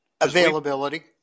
Availability